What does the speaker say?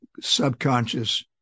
subconscious